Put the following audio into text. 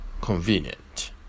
convenient